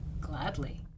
gladly